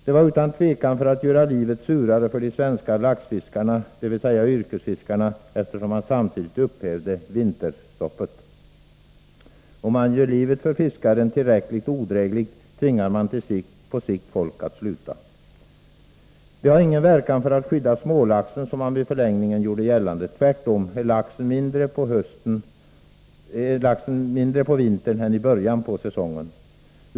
Det skedde utan tvivel för att göra livet surare för de svenska laxfiskarna, dvs. yrkesfiskarna, eftersom man samtidigt upphävde vinterstoppet. Om man gör livet för fiskaren tillräckligt odrägligt, tvingar man på sikt folk att sluta. Det har ingen verkan för att skydda smålaxen, som man vid förlängningen gjorde gällande. Tvärtom är laxen mindre på vintern än i början på säsongen.